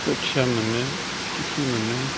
बोथिया मोनो फिथिख्रि मोनो